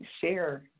share